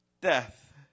death